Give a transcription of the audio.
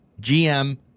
GM